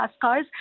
cars